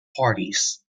parties